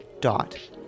dot